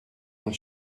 and